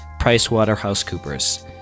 PricewaterhouseCoopers